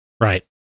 right